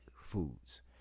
foods